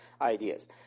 ideas